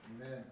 Amen